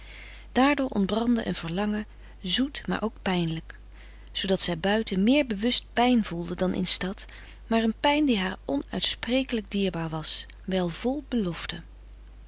daardoor ontbrandde een verlangen zoet maar ook pijnlijk zoodat zij buiten meer bewust pijn voelde dan in stad maar een pijn die haar onuitsprekelijk dierbaar was wijl vol beloften